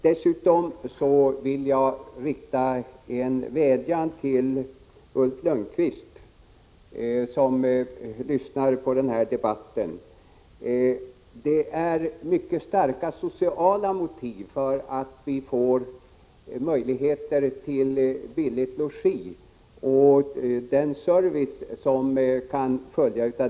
Jag vill även rikta en vädjan till Ulf Lönnqvist, som lyssnar till debatten här i kammaren. Det finns starka sociala motiv bakom kraven på billigt logi och den service som detta kan föra med sig.